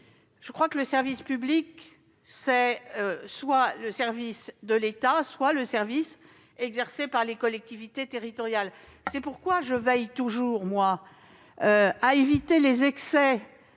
Je pense que le service public, c'est soit le service de l'État, soit le service qui est accompli par les collectivités territoriales. C'est pourquoi je veille toujours à éviter les excès